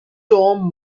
tom